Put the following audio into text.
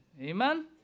Amen